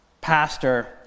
pastor